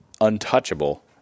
untouchable